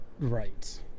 Right